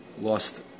lost